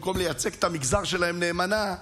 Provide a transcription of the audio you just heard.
במקום לייצג את המגזר שלהם נאמנה,